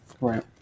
Right